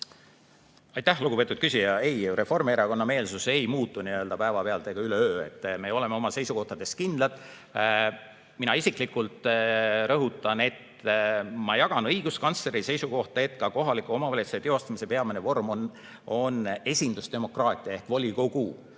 Aitäh, lugupeetud küsija! Ei, Reformierakonna meelsus ei muutu päevapealt ega üleöö, me oleme oma seisukohtades kindlad. Mina isiklikult rõhutan, et ma jagan õiguskantsleri seisukohta, et ka kohaliku omavalitsuse teostamise peamine vorm on esindusdemokraatia ehk volikogu.